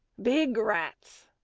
big rats,